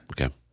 Okay